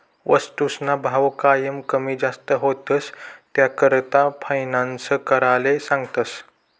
वस्तूसना भाव कायम कमी जास्त व्हतंस, त्याकरता फायनान्स कराले सांगतस